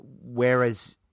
whereas